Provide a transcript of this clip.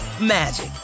magic